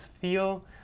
feel